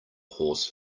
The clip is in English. horse